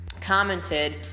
commented